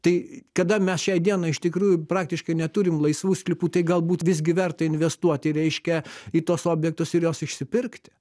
tai kada mes šiai dienai iš tikrųjų praktiškai neturim laisvų sklypų tai galbūt visgi verta investuoti reiškia į tuos objektus ir juos išsipirkt